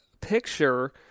picture